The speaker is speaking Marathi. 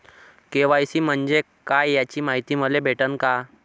के.वाय.सी म्हंजे काय याची मायती मले भेटन का?